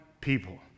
people